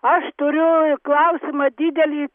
aš turiu klausimą didelį